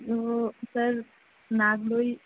وہ سر نانگلوئی